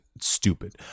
stupid